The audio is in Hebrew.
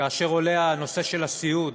כאשר עולה הנושא של הסיעוד